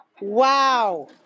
wow